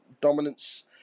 dominance